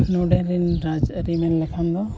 ᱱᱚᱰᱮ ᱨᱮᱱ ᱨᱟᱡᱽᱟᱹᱨᱤ ᱢᱮᱱ ᱞᱮᱠᱷᱟᱱ ᱫᱚ